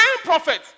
prophet